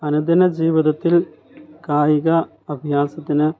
ആനുദിന ജീവിതത്തിൽ കായിക അഭ്യാസത്തിന്